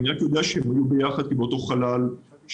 הוא רק מאפשר לי לדעת שהם היו ביחד באותו חלל שהוגדר.